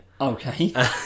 Okay